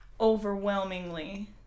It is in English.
overwhelmingly